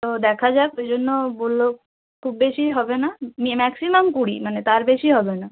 তো দেখা যাক ওই জন্য বলল খুব বেশি হবে না ম্যাক্সিমাম কুড়ি মানে তার বেশি হবে না